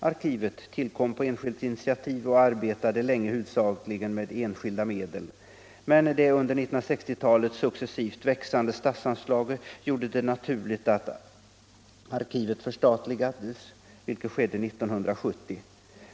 Arkivet tillkom på enskilt initiativ och arbetade länge huvudsakligen med enskilda medel, men det under 1960-talet successivt växande statsanslaget gjorde det naturligt att arkivet förstatligades, vilket skedde 1970.